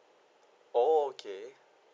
orh okay